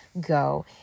go